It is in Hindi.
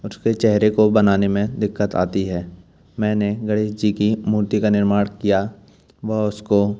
उसके चेहरे को बनाने में दिक्कत आती है मैंने गणेश जी की मूर्ति का निर्माण किया व उसको